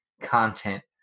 content